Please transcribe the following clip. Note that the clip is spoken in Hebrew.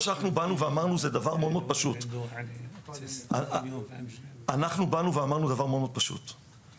אנחנו באנו ואמרנו דבר מאוד פשוט: אנחנו לא מבקשים